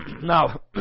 Now